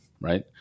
right